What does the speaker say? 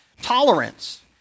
tolerance